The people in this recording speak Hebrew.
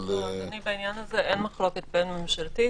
בעניין הזה אין מחלוקת בין-ממשלתית,